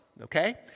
okay